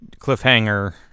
cliffhanger